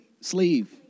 sleeve